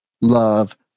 love